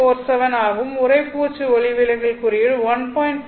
47 ஆகவும் இன் உறைப்பூச்சு ஒளிவிலகல் குறியீடு 1